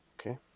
Okay